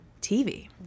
TV